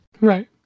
Right